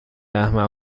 احمق